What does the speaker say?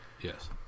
Yes